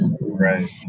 right